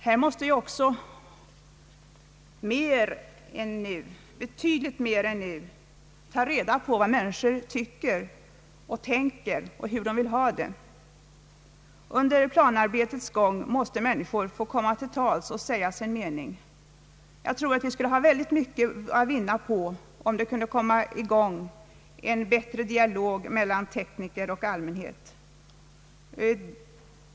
Vi måste också betydligt mer än nu ta reda på vad människor tycker och tänker och hur de vill ha det. Under planarbetets gång måste människor få komma till tals och säga sin mening. Jag tror att vi alla skulle ha mycket att vinna om det kunde bli en bättre dialog mellan tekniker och allmänhet.